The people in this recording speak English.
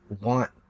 want